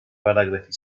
paragrafi